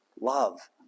love